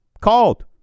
called